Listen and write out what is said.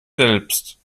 selbst